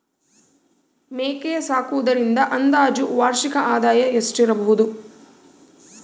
ಮೇಕೆ ಸಾಕುವುದರಿಂದ ಅಂದಾಜು ವಾರ್ಷಿಕ ಆದಾಯ ಎಷ್ಟಿರಬಹುದು?